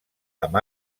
amb